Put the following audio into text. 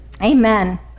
Amen